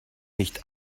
nicht